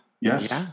Yes